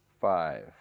five